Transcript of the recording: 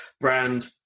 brand